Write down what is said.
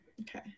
Okay